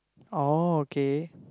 oh okay